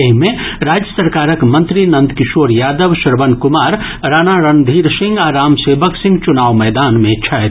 एहि मे राज्य सरकारक मंत्री नंद किशोर यादव श्रवण कुमार राणा रणधीर सिंह आ राम सेवक सिंह चुनाव मैदान मे छथि